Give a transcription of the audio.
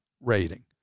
rating